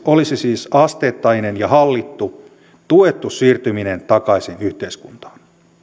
olisi siis asteittainen ja hallittu tuettu siirtyminen takaisin yhteiskuntaan